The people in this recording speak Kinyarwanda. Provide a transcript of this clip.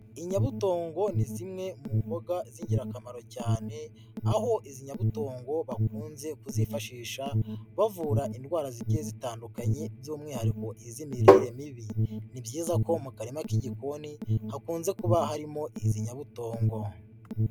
Inyabutongo ni zimwe mu mboga z'ingirakamaro cyane, aho izi nyabutongo bakunze kuzifashisha, bavura indwara zigiye zitandukanye by'umwihariko iz'imirire mibi. Ni byiza ko mu karima k'igikoni hakunze kuba harimo izi nyabutongo.